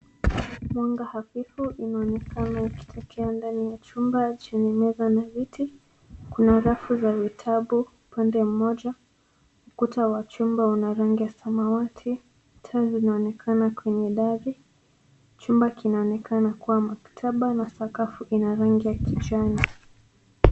Mwanga hafifu inaonekana ukitokea ndani ya chumba chenye meza na viti. Kuna rafu za vitabu upande mmoja. Ukuta wa chumba una rangi ya samawati. Taa zinaonekana kwenye dari. Chumba kinaonekana kuwa maktaba na sakafu ina na rangi ya kijani.